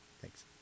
Thanks